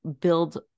build